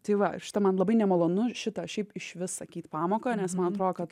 tai va šita man labai nemalonu šitą šiaip išvis sakyt pamoką nes man atrodo kad